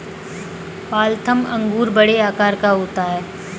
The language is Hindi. वाल्थम अंगूर बड़े आकार का होता है